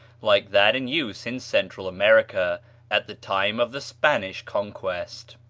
like that in use in central america at the time of the spanish conquest.